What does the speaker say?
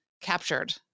captured